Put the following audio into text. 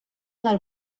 del